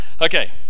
Okay